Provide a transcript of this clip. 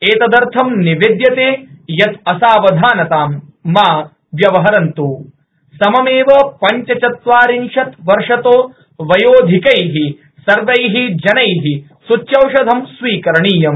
एतदर्थ निवेद्यते यत् असवाधनतां मा व्यवहरन्त् सममेव पञ्चचत्वारिंशत् वर्षतो वयोधिकैः सर्वैः जनैः सूच्योषधं स्वीकरणीयम्